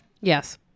yes